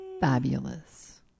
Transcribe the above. Fabulous